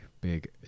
big